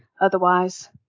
otherwise